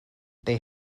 they